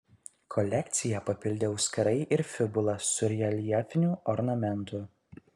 kolekciją papildė auskarai ir fibula su reljefiniu ornamentu